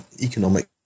economic